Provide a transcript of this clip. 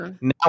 now